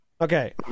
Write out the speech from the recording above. Okay